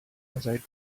aside